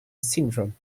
syndrome